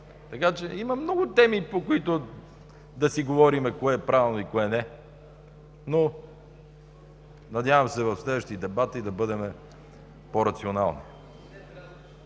Така че има много теми, по които да си говорим кое е правилно и кое не. Надявам се в следващи дебати да бъдем по-рационални.